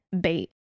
bait